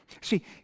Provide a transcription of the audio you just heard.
See